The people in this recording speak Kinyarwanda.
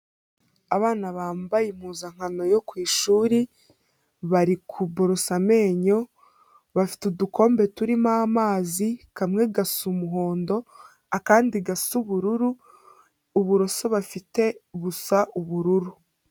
Abana bambaye impuzankano yo ku ishuri, bari kuborosa amenyo, bafite udukombe turimo amazi, kamwe gasa umuhondo akandi gasa ubururu, uburoso bafite busa ubururu.